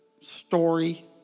story